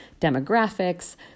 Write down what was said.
demographics